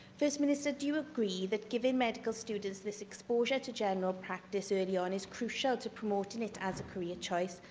first minister, do you agree that giving medical students this exposure to general practice early on is crucial to promoting it as a career choice,